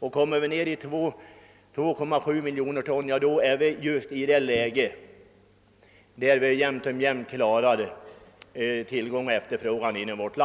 Om vi kommer ned till 2,7 miljoner ton har vi nått den gräns där tillgång och efterfrågan balanserar